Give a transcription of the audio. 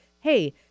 hey